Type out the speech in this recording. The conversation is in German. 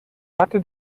hatte